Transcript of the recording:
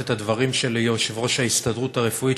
את הדברים של יושב-ראש ההסתדרות הרפואית,